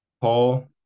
Paul